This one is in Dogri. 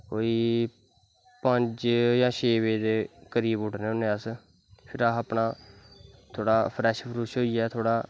कोई पंज जां छे बज़े दे करीब उट्ठनें होनें फिर अस अपनां थोह्ड़ा फ्रैश फ्रुश होईयै थोह्ड़ा